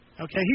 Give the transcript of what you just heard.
Okay